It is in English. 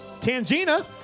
Tangina